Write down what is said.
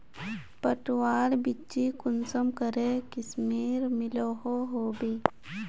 पटवार बिच्ची कुंसम करे किस्मेर मिलोहो होबे?